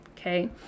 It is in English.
okay